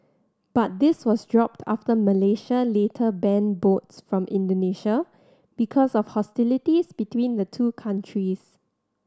but this was dropped after Malaysia later banned boats from Indonesia because of hostilities between the two countries